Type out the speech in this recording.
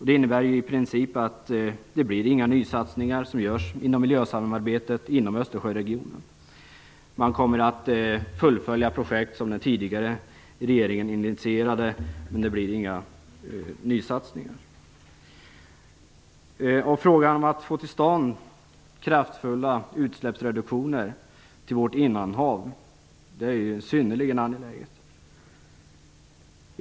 Det innebär i princip att det inte blir några nysatsningar i miljösamarbetet inom Östersjöregionen. Man kommer att fullfölja projekt som den tidigare regeringen initierade, men det blir inga nya. Frågan om att få till stånd kraftfulla utsläppsreduktioner till vårt innanhav är synnerligen angelägen.